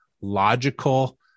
logical